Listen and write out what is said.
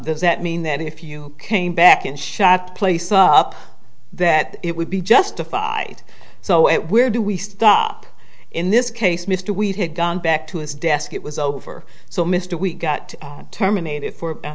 does that mean that if you came back and shot place up that it would be justified so it where do we stop in this case mr we had gone back to his desk it was over so mr we got terminated